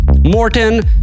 Morton